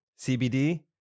CBD